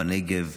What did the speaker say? בנגב,